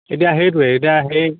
এতিয়া সেইটোৱে এতিয়া সেই